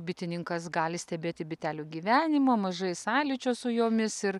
bitininkas gali stebėti bitelių gyvenimą mažai sąlyčio su jomis ir